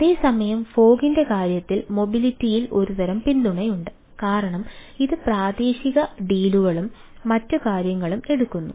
അതേസമയം ഫോഗ് മറ്റ് കാര്യങ്ങളും എടുക്കുന്നു